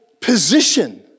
position